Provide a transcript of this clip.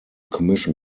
commission